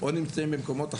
או נמצאים במקומות אחרים,